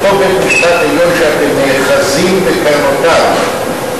אותו בית-משפט עליון שאתם נאחזים בקרנותיו,